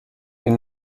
این